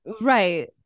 Right